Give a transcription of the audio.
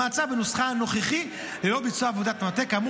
כאמור,